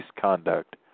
conduct